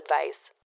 advice